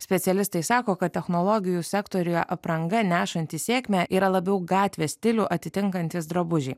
specialistai sako kad technologijų sektoriuje apranga nešanti sėkmę yra labiau gatvės stilių atitinkantys drabužiai